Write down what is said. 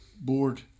board